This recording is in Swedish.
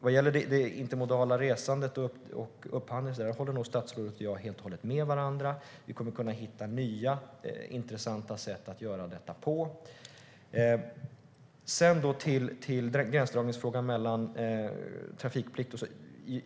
Vad gäller det intermodala resandet och upphandling håller nog statsrådet och jag helt och hållet med varandra. Vi kommer att kunna hitta nya intressanta sätt att göra detta på. Så till gränsdragningsfrågan när det gäller trafikplikt.